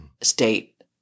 state